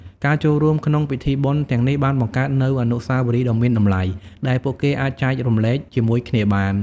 ការចូលរួមក្នុងពិធីបុណ្យទាំងនេះបានបង្កើតនូវអនុស្សាវរីយ៍ដ៏មានតម្លៃដែលពួកគេអាចចែករំលែកជាមួយគ្នាបាន។